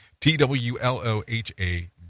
T-W-L-O-H-A